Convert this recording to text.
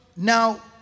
Now